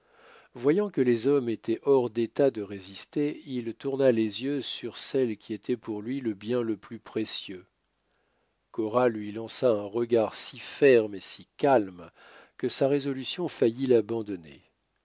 voyant que les hommes étaient hors d'état de résister il tourna les yeux sur celle qui était pour lui le bien le plus précieux cora lui lança un regard si ferme et si calme que sa résolution faillit l'abandonner